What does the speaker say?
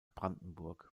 brandenburg